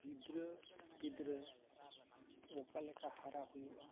ᱜᱤᱫᱽᱨᱟᱹᱼᱯᱤᱫᱽᱨᱟᱹ ᱚᱠᱟ ᱞᱮᱠᱟ ᱦᱟᱨᱟ ᱦᱩᱭᱩᱜᱼᱟ